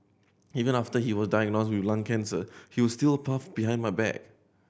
even after he was diagnosed with lung cancer he was steal puff behind my back